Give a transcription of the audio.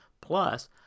Plus